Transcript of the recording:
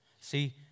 See